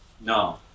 No